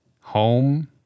Home